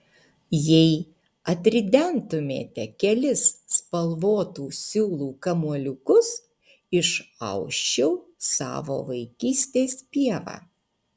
jei atridentumėte kelis spalvotų siūlų kamuoliukus išausčiau savo vaikystės pievą